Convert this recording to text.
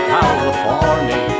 California